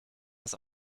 das